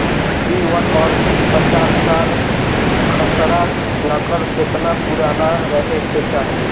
B one और पांचसाला खसरा नकल केतना पुरान रहे के चाहीं?